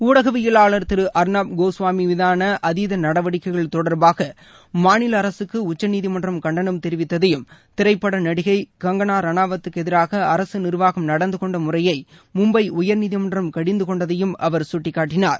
ஊடகவியவாளர் திரு அர்ணப் கோஸ்வாமி மீதான அதீத நடவடிக்கைகள் தொடர்பாக மாநில அரசுக்கு உச்சநீதிமன்றம் கண்டனம் தெரிவித்ததையும் திரைப்பட நடிகை கங்கணா ரணாவத்துக்கு எதிராக அரசு நிர்வாகம் நடந்து கொண்ட முறையை மும்பை உயர்நீதி மன்றம் கடிந்து கொண்டதையும் அவர் சுட்டிக்காட்டினார்